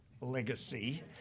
Legacy